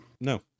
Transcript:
no